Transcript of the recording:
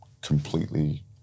completely